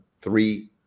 three